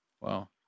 Wow